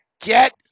get